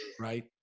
right